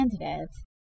candidates